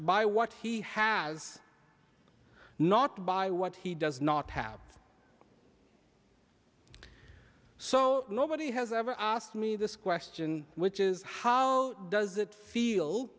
by what he has not by what he does not have so nobody has ever asked me this question which is how does it feel